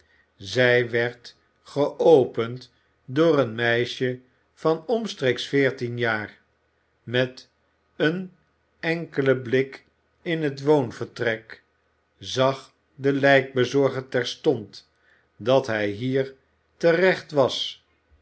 zij werd geopend door een meisje van omstreeks veertien jaar met een enkelen blik in het woonvertrek zag de lijkbezorger terstond dat hij hier te recht was